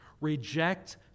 reject